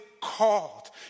called